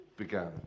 began